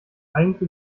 eigentlich